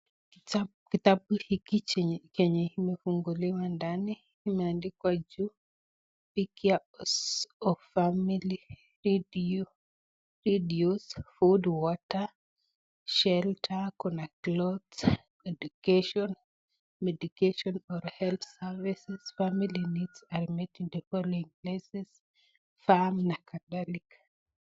Kitabu hiki chenye kimefunguliwa ndani, imeadikwa ndani water, shelter kuna clothes, education, health services, firm na kadhalika.